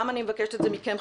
אני מבקשת את זה גם מכם,